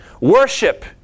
Worship